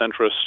centrist